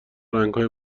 رنگهای